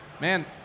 Man